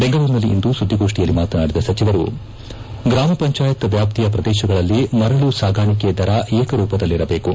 ಬೆಂಗಳೂರಿನಲ್ಲಿಂದು ಸುದ್ದಿಗೋಷ್ಠಿಯಲ್ಲಿ ಮಾತನಾಡಿದ ಸಚಿವರು ಗ್ರಾಮಪಂಚಾಯತ್ ವ್ಲಾಪ್ತಿಯ ಪ್ರದೇಶಗಳಲ್ಲಿ ಮರಳು ಸಾಗಾಣಿಕೆ ದರ ಏಕರೂಪದಲ್ಲಿರಬೇಕು